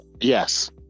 yes